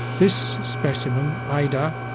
this specimen, ida,